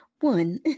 One